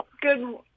Good